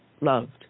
loved